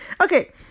Okay